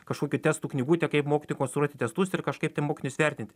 kažkokių testų knygutė kaip mokytojui konstruoti testus ir kažkaip tai mokinius vertint